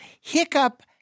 hiccup